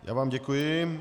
Já vám děkuji.